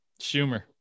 Schumer